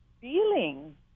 feeling